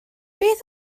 beth